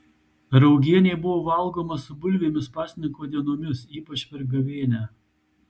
raugienė buvo valgoma su bulvėmis pasninko dienomis ypač per gavėnią